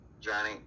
Johnny